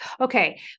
Okay